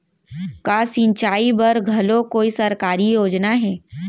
का सिंचाई बर घलो कोई सरकारी योजना हे?